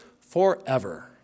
forever